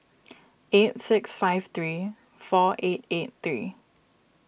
eight six five three four eight eight three